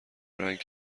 رنگ